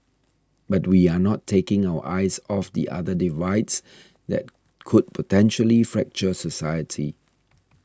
but we are not taking our eyes off the other divides that could potentially fracture society